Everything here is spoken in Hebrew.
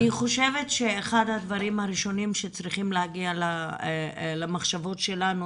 אני חושבת שאחד הדברים הראשונים שצריכים להגיע למחשבות שלנו